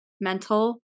mental